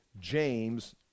James